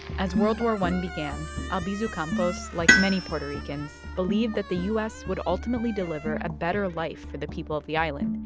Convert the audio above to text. as world war i began, albizu campos, like many puerto ricans, believed that the u s. would ultimately deliver a better life for the people of the island.